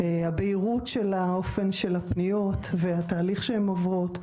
הבהירות של האופן של הפניות והתהליך שהם עוברות,